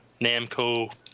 Namco